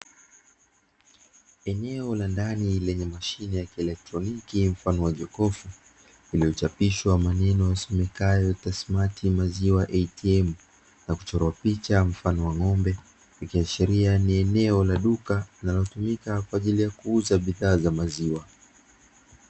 Eneo la ndani lenye mashine ya kielektroniki, mfano wa jokofu iliyochapishwa maneno yasomekayo "tasimati maziwa ATM" na kuchorwa picha mfano wa ng'ombe, ikiashiria ni eneo la duka linalotumika kwa ajili ya kuuza bidhaa za maziwa.